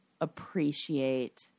appreciate